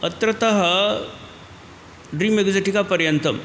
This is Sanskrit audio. अत्रतः ड्रिमेगुजटिकापर्यन्तम्